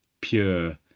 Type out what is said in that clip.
pure